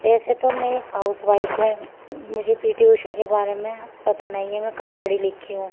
ویسے تو میں ایک ہاؤس وائف ہوں مجھے پی ٹی اوشا کے بارے میں پتہ نہیں ہے میں کم پڑھی لکھی ہوں